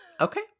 Okay